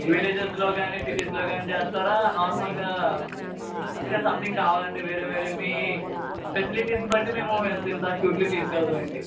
విలేజెస్లో గానీ సిటీస్లో గానీ చేస్తారా నార్మల్గా అందుకే సంతింగ్ కావాలంటే వేరే వేరే మీ ఫెసిలిటీస్ని బట్టి మేము ఇంతింతా షూట్లకి తీసుకెళతామండి